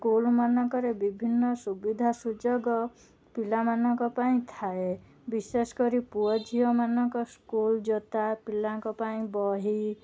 school ମାନଙ୍କରେ ବିଭିନ୍ନ ସୁବିଧା ସୁଯୋଗ ପିଲାମାନଙ୍କ ପାଇଁ ଥାଏ ବିଶେଷକରି ପୁଅ ଝିଅ ମାନଙ୍କ ସ୍କୁଲ ଜୋତା ପିଲାଙ୍କ ପାଇଁ ବହି